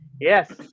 Yes